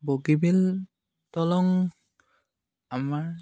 বগীবিল দলং আমাৰ